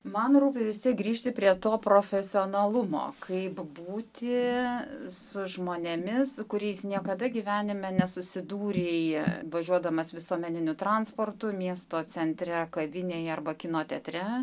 man rūpi vis tiek grįžti prie to profesionalumo kaip būti su žmonėmis su kuriais niekada gyvenime nesusidūrei važiuodamas visuomeniniu transportu miesto centre kavinėj arba kino teatre